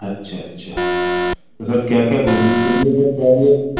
अच्छा अच्छा तो सर क्या क्या घूमने के लिए है सर ग्वालियर में